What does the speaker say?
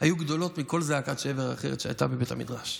היו גדולות מכל זעקת שבר אחרת שהייתה בבית המדרש: